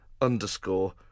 underscore